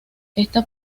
esta